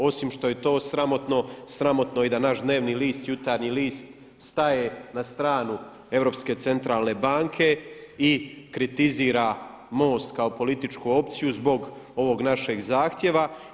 Osim što je to sramotno, sramotno je i da je naš dnevni list Jutarnji list staje na stranu Europske centralne banke i kritizira MOST kao političku opciju zbog ovog našeg zahtjeva.